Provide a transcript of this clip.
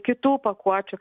kitų pakuočių